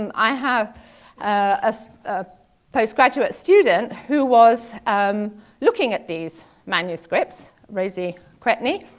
um i have a ah postgraduate student who was um looking at these manuscripts, rosie cretney,